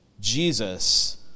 Jesus